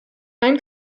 ein